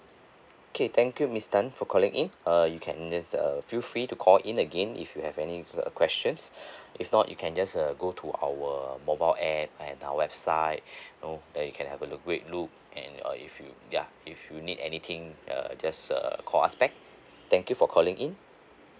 okay thank you miss tan for calling in uh you can just uh feel free to call in again if you have any uh questions if not you can just uh go to our mobile app and our website know then you can have a look and uh if you ya if you need anything err just err call us back thank you for calling in